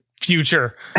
future